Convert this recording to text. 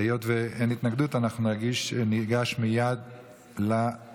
היות שאין התנגדות, אנחנו ניגש מייד להצבעה.